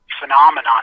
phenomenon